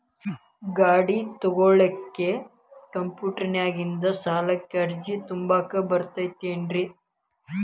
ಗಾಡಿ ತೊಗೋಳಿಕ್ಕೆ ಕಂಪ್ಯೂಟೆರ್ನ್ಯಾಗಿಂದ ಸಾಲಕ್ಕ್ ಅರ್ಜಿ ತುಂಬಾಕ ಬರತೈತೇನ್ರೇ?